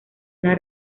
una